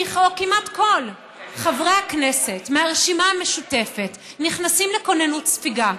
כמעט כל חברי הכנסת מהרשימה המשותפת נכנסים לכוננות ספיגה,